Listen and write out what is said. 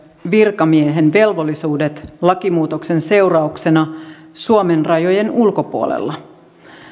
virkamiehen velvollisuudet lakimuutoksen seurauksena suomen rajojen ulkopuolella